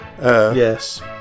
yes